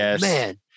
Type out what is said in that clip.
man